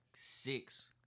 six